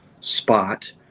spot